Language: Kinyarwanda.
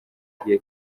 igihe